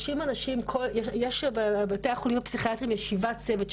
יש בבתי החולים הפסיכיאטריים ישיבת צוות.